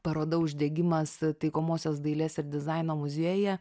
paroda uždegimas taikomosios dailės ir dizaino muziejuje